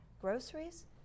groceries